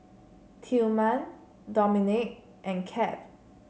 Tillman Dominique and Cap